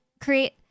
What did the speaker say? create